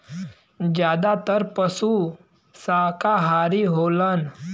जादातर पसु साकाहारी होलन